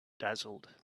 dazzled